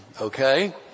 okay